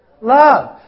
love